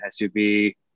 SUV